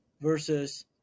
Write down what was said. Versus